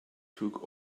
took